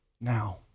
now